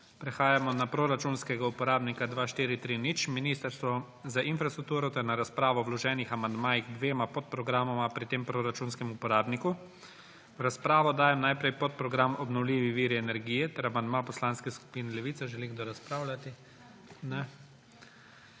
Prehajamo na proračunskega uporabnika 2430 Ministrstvo za infrastrukturo ter na razpravo o vloženih amandmajih k dvema podprogramoma pri tem proračunskem uporabniku. Najprej dajem v razpravo podprogram Obnovljivi viri energije ter amandma Poslanske skupine Levica. Želi kdo razpravljati? Ne.